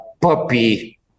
puppy